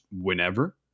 whenever